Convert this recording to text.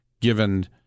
given